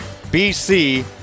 BC